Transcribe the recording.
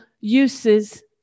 uses